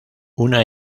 una